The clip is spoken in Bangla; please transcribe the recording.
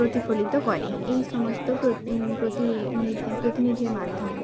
প্রতিফলিত করে এই সমস্ত প্র প্রতিনিধি প্রতিনিধির মাধ্যমে